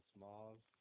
Smalls